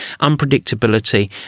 unpredictability